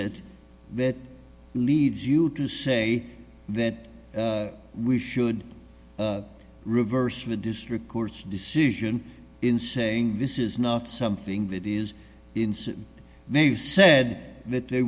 it that leads you to say that we should reverse the district court's decision in saying this is not something that is they said that they